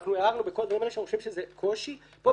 ואנחנו הערנו בכל הדברים האלה שאנחנו חושבים שזה קושי פה,